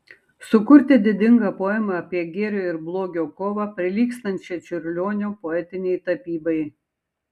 sukurti didingą poemą apie gėrio ir blogio kovą prilygstančią čiurlionio poetinei tapybai